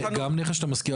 גם נכס שאתה משכיר,